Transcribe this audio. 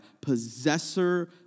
possessor